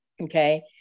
okay